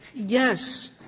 yes,